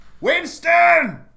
Winston